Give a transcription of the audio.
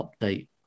update